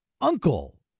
uncle